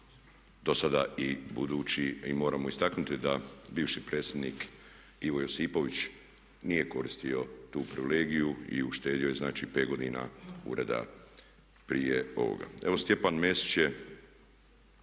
dosada i budući. I moramo istaknuti da bivši predsjednik Ivo Josipović nije koristio tu privilegiju i uštedio je znači 5 godina ureda prije ovoga. Evo Stjepan Mesić je,